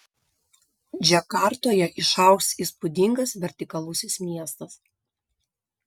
džakartoje išaugs įspūdingas vertikalusis miestas